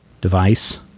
device